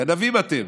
גנבים אתם.